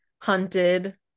hunted